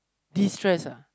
distress uh